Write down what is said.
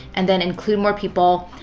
and then include more people,